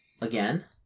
Again